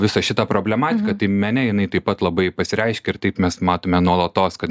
visą šitą problematiką tai mene jinai taip pat labai pasireiškia ir taip mes matome nuolatos kad